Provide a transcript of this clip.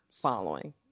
following